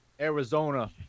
Arizona